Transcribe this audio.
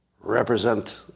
represent